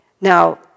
Now